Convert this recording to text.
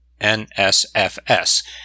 NSFS